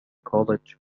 college